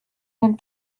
den